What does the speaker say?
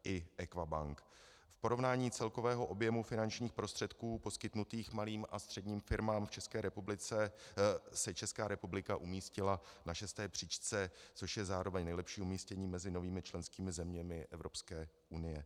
V porovnání celkového objemu finančních prostředků poskytnutých malým a středním firmám v České republice se Česká republika umístila na šesté příčce, což je zároveň nejlepší umístění mezi novými členskými zeměmi Evropské unie.